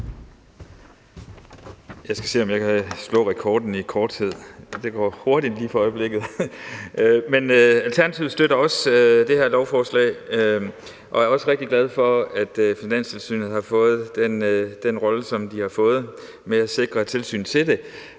Jeg skal se, om jeg kan slå rekorden i korthed; det går hurtigt lige for øjeblikket. Alternativet støtter også det her lovforslag, og jeg er også rigtig glad for, at Finanstilsynet har fået den rolle, som de har fået, med at sikre et tilsyn med det.